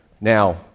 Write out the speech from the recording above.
Now